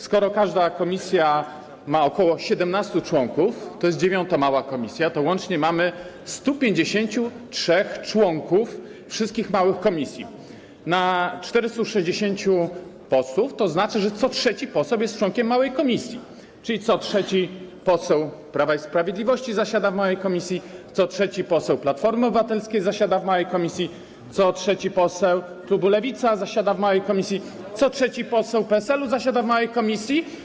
Skoro każda komisja ma ok. 17 członków, a to jest dziewiąta mała komisja, to łącznie mamy 153 członków wszystkich małych komisji na 460 posłów, tzn. że co trzeci poseł jest członkiem małej komisji, czyli co trzeci poseł Prawa i Sprawiedliwości zasiada w małej komisji, co trzeci poseł Platformy Obywatelskiej zasiada w małej komisji, co trzeci poseł klubu Lewica zasiada w małej komisji, co trzeci poseł PSL-u zasiada w małej komisji.